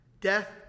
Death